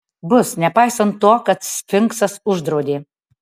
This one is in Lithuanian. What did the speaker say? bus nepaisant to kad sfinksas uždraudė